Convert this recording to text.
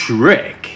Trick